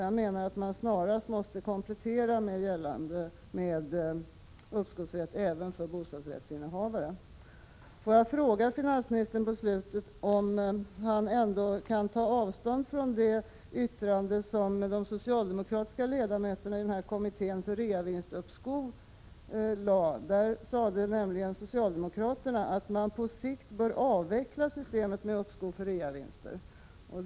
Jag menar att vi snarast måste komplettera med uppskovsrätt även för bostadsrättsinnehavare. Jag vill fråga finansministern om han ändå kan ta avstånd från det yttrande som de socialdemokratiska ledamöterna i kommittén för reavinstbeskattning har framfört. Socialdemokraterna sade nämligen att man på sikt bör avveckla systemet med uppskov för reavinster.